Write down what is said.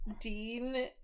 Dean